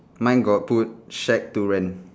mine got put shack to rent